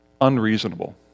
unreasonable